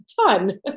ton